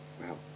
Wow